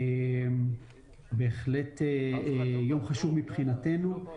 בהחלט יום חשוב מבחינתנו.